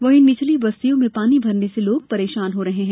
वहीं निचली बस्तियों में पानी भरने से लोग परेशान हो रहे हैं